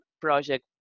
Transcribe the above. project